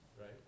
right